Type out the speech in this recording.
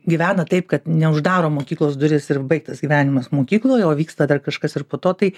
gyvena taip kad ne uždaro mokyklos duris ir baigtas gyvenimas mokykloj o vyksta dar kažkas ir po to tai